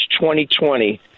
2020